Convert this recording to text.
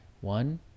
one